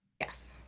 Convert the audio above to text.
Yes